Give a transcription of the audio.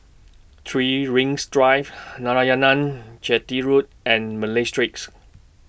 three Rings Drive Narayanan Chetty Road and Malay Street